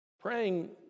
Praying